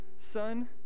son